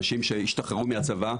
אנשים שהשתחררו מהצבא.